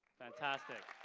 fantastic,